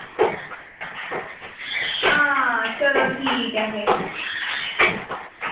हां चलो ठीक ऐ फिर